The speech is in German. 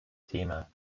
thema